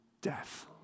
death